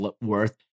worth